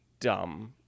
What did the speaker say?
dumb